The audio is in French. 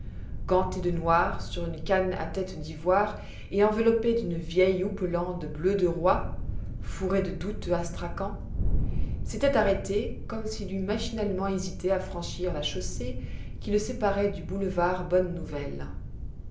ganté de noir sur une canne à tête d'ivoire et enveloppé d'une vieille houppelande bleu de roi fourrée de douteux astrakan s'était arrêté comme s'il eût machinalement hésité à franchir la chaussée qui le séparait du boulevard bonne-nouvelle